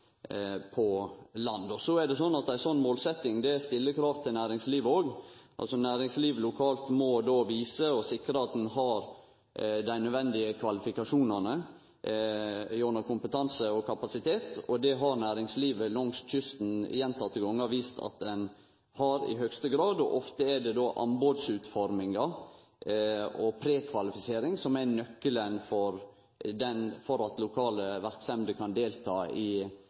Ei slik målsetjing stiller òg krav til næringslivet, altså næringslivet lokalt må då vise og sikre at ein har dei nødvendige kvalifikasjonane som gjeld kompetanse og kapasitet. Det har næringslivet langs kysten gjentekne gonger vist at ein har, i høgste grad, og ofte er det då anbodsutforming og prekvalifisering som er nøkkelen for at lokale verksemder kan delta i